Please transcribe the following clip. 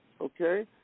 okay